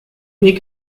n’est